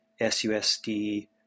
susd